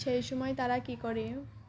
সেই সময় তারা কী করে